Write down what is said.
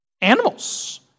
animals